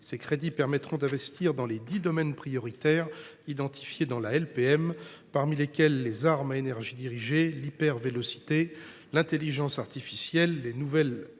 Ces crédits permettront d’investir dans les dix domaines prioritaires identifiés dans la LPM, parmi lesquels figurent les armes à énergie dirigée, l’hypervélocité, l’intelligence artificielle, les nouvelles